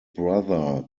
brother